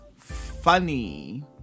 funny